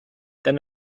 then